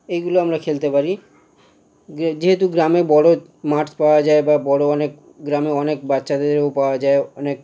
এইগুলো আমরা খেলতে পারি গিয়ে যেহেতু গ্রামে বড়ো মাঠ পাওয়া যায় বা বড়ো অনেক গ্রামে অনেক বাচ্চাদেরও পাওয়া যায় অনেক